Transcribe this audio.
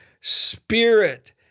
spirit